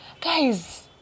guys